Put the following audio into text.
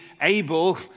able